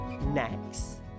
Next